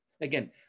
Again